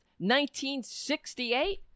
1968